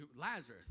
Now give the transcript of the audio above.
Lazarus